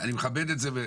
אני מכבד את זה.